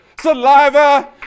Saliva